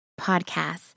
Podcast